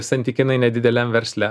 santykinai nedideliam versle